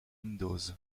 windows